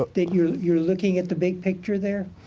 ah that you're you're looking at the big picture there?